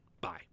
Bye